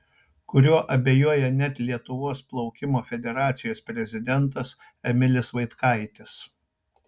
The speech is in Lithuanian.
kuriuo abejoja net lietuvos plaukimo federacijos prezidentas emilis vaitkaitis